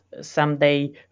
someday